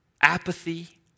apathy